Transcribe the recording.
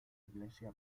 iglesia